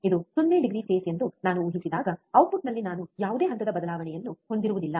ಇದು 0 degree phase ಎಂದು ನಾನು ಊಹಿಸಿದಾಗ ಔಟ್ಪುಟ್ನಲ್ಲಿ ನಾನು ಯಾವುದೇ ಹಂತದ ಬದಲಾವಣೆಯನ್ನು ಹೊಂದಿರುವುದಿಲ್ಲ